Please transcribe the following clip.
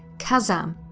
kazaam,